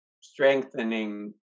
strengthening